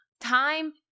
Time